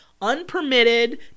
unpermitted